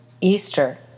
Easter